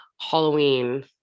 Halloween